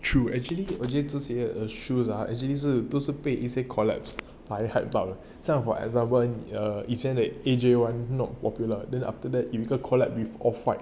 true actually 我觉得这些 err shoes ah actually 是不是被一些 collab 然后 hype 到的这样 for example err 以前的 A_J one not popular then after that you collab with off white